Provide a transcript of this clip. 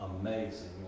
amazing